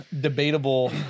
debatable